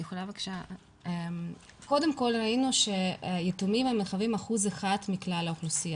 ראינו שיתומים מהווים 1% מכלל האוכלוסייה